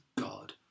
God